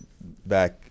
back